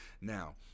now